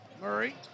Murray